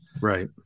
Right